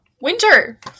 winter